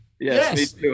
Yes